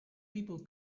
people